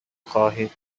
خواهید